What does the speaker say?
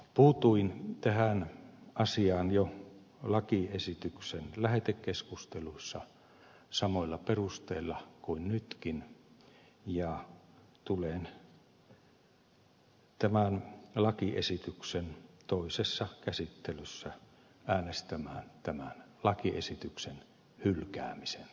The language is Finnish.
puutuin tähän asiaan jo lakiesityksen lähetekeskustelussa samoilla perusteilla kuin nytkin ja tulen tämän lakiesityksen toisessa käsittelyssä äänestämään tämän lakiesityksen hylkäämisen puolesta